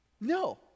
No